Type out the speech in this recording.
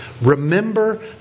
Remember